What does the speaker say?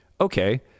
Okay